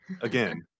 Again